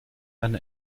eine